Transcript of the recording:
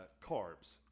carbs